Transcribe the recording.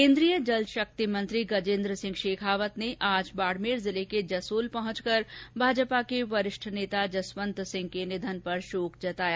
केन्द्रीय जल शक्ति मंत्री गजेन्द्र सिंह शेखावत ने आज बाडमेर जिले के जसोल पहुंचकर भाजपा के वरिष्ठ नेता जसवंत सिंह के निधन पर शोक जताया